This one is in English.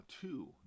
two